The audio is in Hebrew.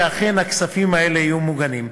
שאכן הכספים האלה יהיו מוגנים.